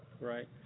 Right